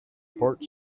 part